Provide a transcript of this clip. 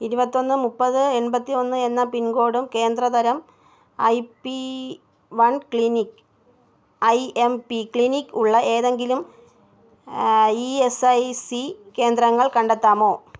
ഇരുപത്തിയൊന്ന് മുപ്പത് എൺപത്തിയൊന്ന് എന്ന പിൻകോഡും കേന്ദ്രതരം I P one clinic I M P clinic ഉള്ള ഏതെങ്കിലും ഇ എസ് ഐ സി കേന്ദ്രങ്ങൾ കണ്ടെത്താമോ